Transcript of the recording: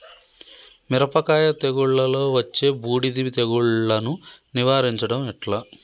మిరపకాయ తెగుళ్లలో వచ్చే బూడిది తెగుళ్లను నివారించడం ఎట్లా?